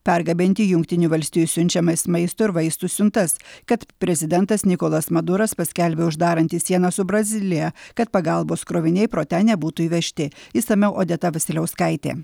pergabenti jungtinių valstijų siunčiamas maisto ir vaistų siuntas kad prezidentas nikolas maduras paskelbė uždarantis sieną su brazilija kad pagalbos kroviniai pro ten nebūtų įvežti išsamiau odeta vasiliauskaitė